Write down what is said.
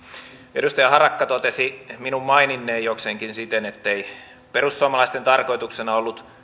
edustaja harakka totesi minun maininneen jokseenkin siten ettei perussuomalaisten tarkoituksena ollut